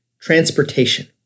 transportation